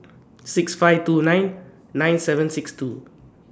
six five two nine nine seven six two